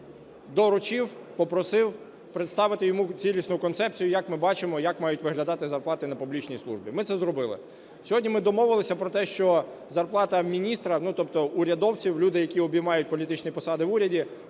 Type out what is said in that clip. доручив, попросив представити йому цілісну концепцію, як ми бачимо, як мають виглядати зарплати на публічній службі. Ми це зробили. Сьогодні ми домовилися про те, що зарплата міністра, ну, тобто урядовців - людей, які обіймають політичні посади в уряді,